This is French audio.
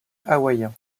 hawaïen